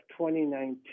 2019